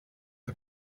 the